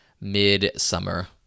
mid-summer